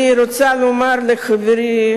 אני רוצה לומר לחברי